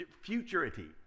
futurity